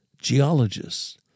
geologists